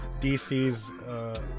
DC's